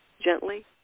gently